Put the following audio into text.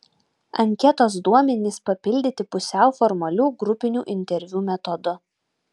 anketos duomenys papildyti pusiau formalių grupinių interviu metodu